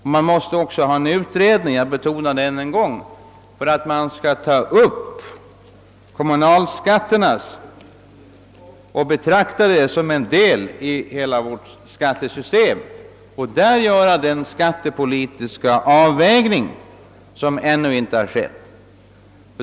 En utredning är också nödvändig — jag upprepar det ännu en gång — för att man skall kunna göra en skattepolitisk avvägning, där kommunalskatten ses som en del av hela skattesystemet.